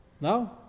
No